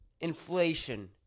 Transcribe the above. inflation